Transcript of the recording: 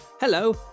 Hello